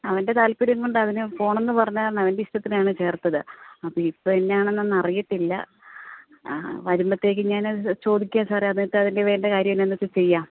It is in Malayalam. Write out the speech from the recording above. അവൻ്റെ താല്പര്യം കൊണ്ട് അവന് പോണം എന്ന് പറഞ്ഞകാരണം അവൻ്റെ ഇഷ്ടത്തിനാണ് ചേർത്തത് അപ്പം ഇപ്പം എന്നാണെന്ന് അറിയത്തില്ല വരുമ്പോഴത്തേക്കും ഞാൻ ചോദിക്കാം സാറെ എന്നിട്ട് അതിന് വേണ്ട കാര്യം എന്നാന്ന് വച്ചാൽ ചെയ്യാം